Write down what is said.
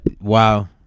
Wow